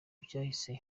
byahise